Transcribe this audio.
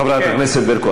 חברת הכנסת ברקו,